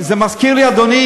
אדוני,